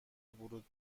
ورود